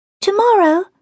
Tomorrow